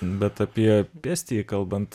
bet apie pėstįjį kalbant